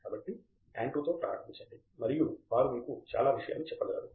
కాబట్టి ఆండ్రూ తో ప్రారంభించండి మరియు వారు మీకు చాలా విషయాలు చెప్పగలరు